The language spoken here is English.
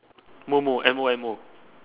momo M O M O